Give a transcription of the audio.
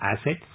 assets